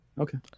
Okay